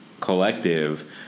collective